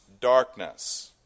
darkness